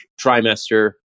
trimester